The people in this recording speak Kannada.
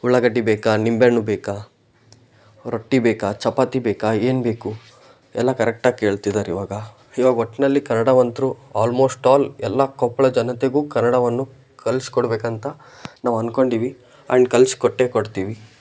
ಉಳ್ಳಾಗಡ್ಡಿ ಬೇಕಾ ನಿಂಬೇಹಣ್ಣು ಬೇಕಾ ರೊಟ್ಟಿ ಬೇಕಾ ಚಪಾತಿ ಬೇಕಾ ಏನು ಬೇಕು ಎಲ್ಲ ಕರೆಕ್ಟಾಗಿ ಕೇಳ್ತಿದಾರೆ ಇವಾಗ ಇವಾಗ ಒಟ್ಟಿನಲ್ಲಿ ಕನ್ನಡವಂತ್ರೂ ಆಲ್ಮೋಸ್ಟ್ ಆಲ್ ಎಲ್ಲ ಕೊಪ್ಪಳ ಜನತೆಗೂ ಕನ್ನಡವನ್ನು ಕಲಿಸ್ಕೊಡ್ಬೇಕಂತ ನಾವು ಅನ್ಕೊಂಡೀವಿ ಆ್ಯಂಡ್ ಕಲಿಸಿ ಕೊಟ್ಟೇ ಕೊಡ್ತೀವಿ